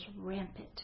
rampant